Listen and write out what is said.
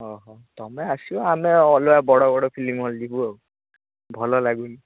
ଓ ହ ତୁମେ ଆସିବ ଆମେ ଅଲଗା ବଡ଼ ବଡ଼ ଫିଲିମ ହଲ୍ ଯିବୁ ଆଉ ଭଲ ଲାଗୁନି